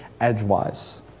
edgewise